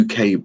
UK